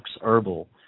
Herbal